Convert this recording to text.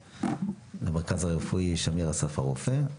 למרכז הרפואי שמיר אסף הרופא.